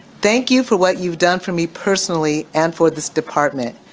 thank you for what you've done for me personally and for this department.